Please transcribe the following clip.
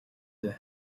din